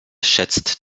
schätzt